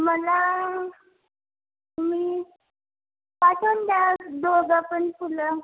मला मी पाठवून द्याल दोघं पण फुलं